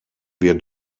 wir